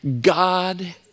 God